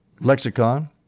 lexicon